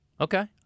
Okay